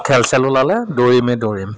খেল চেল ওলালে দৌৰিমে দৌৰিম